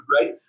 right